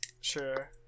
Sure